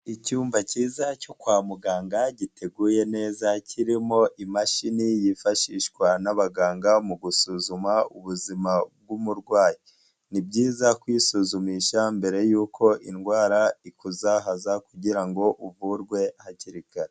Icyumba cyiza cyo kwa muganga giteguye neza kirimo imashini yifashishwa n'abaganga mu gusuzuma ubuzima bw'umurwayi, ni byiza kwisuzumisha mbere yuko indwara ikuzahaza kugira ngo uvurwe hakiri kare.